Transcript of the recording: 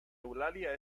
eulalia